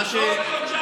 בעוד חודשיים,